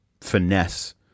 finesse